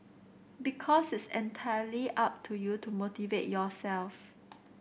because it's entirely up to you to motivate yourself